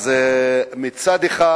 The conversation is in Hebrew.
אז מצד אחד,